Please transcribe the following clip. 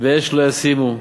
ואש לא ישימו,